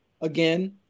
again